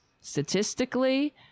statistically